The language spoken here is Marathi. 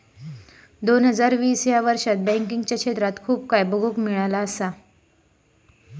दोन हजार वीस ह्या वर्षात बँकिंगच्या क्षेत्रात खूप काय बघुक मिळाला असा